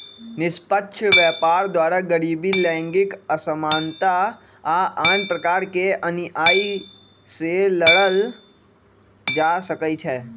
निष्पक्ष व्यापार द्वारा गरीबी, लैंगिक असमानता आऽ आन प्रकार के अनिआइ से लड़ल जा सकइ छै